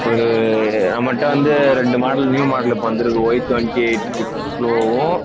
ஒரு நம்மள்ட்ட வந்து ரெண்டு மாடல் நியூ மாடல் இப்போ வந்திருக்கு ஒய் ட்வெண்ட்டி எய்ட் சிக்ஸ் ப்ரோவும்